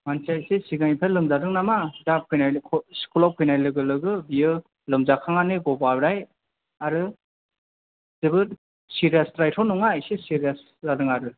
मानसिया इसे सिगांनिफ्राय लोमजादों नामा दा फैनानै स्कुलाव फैनाय लोगो लोगो बियो लोमजाखांनानै गोबाबाय आरो जोबोर सिरियास द्रायथ' नङा इसे सिरियास जादों आरो